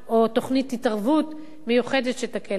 או תוכנית התערבות מיוחדת שתקל עליו.